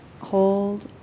hold